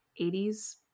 80s